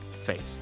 faith